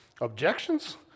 Objections